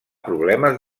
problemes